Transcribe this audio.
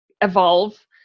evolve